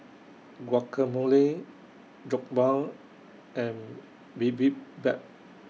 Guacamole Jokbal and Bibimbap